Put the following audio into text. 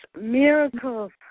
miracles